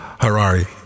Harari